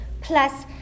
plus